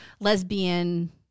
lesbian